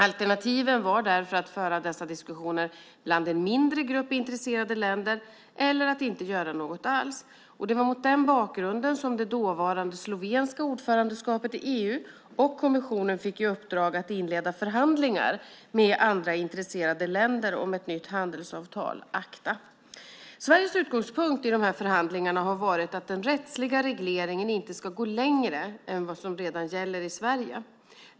Alternativen var därför att föra dessa diskussioner bland en mindre grupp intresserade länder eller att inte göra något alls. Det var mot den bakgrunden som det dåvarande slovenska ordförandeskapet i EU och kommissionen fick i uppdrag att inleda förhandlingar med andra intresserade länder om ett nytt handelsavtal, ACTA. Sveriges utgångspunkt i förhandlingarna har varit att den rättsliga regleringen inte ska gå längre än vad som redan gäller i Sverige.